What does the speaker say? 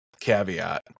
caveat